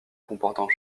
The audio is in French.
comportant